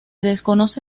desconoce